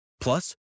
Plus